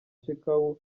shekau